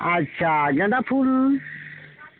আচ্ছা গাঁদা ফুল